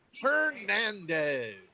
Hernandez